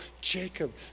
Jacob